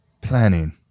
planning